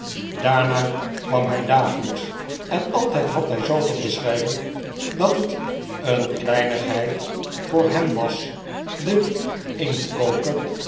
daarna kwam hij dagelijks en altijd had hij zooveel te schrijven dat het een kleihigheid voor hem was den inktkoker